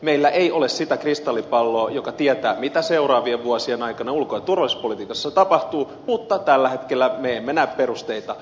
meillä ei ole sitä kristallipalloa joka tietää mitä seuraavien vuosien aikana ulko ja turvallisuuspolitiikassa tapahtuu mutta tällä hetkellä me emme näe perusteita jäsenyydelle